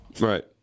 Right